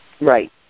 Right